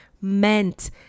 meant